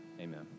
amen